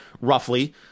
roughly